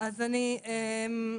בסדר גמור.